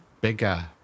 bigger